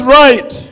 right